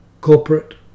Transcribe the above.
Corporate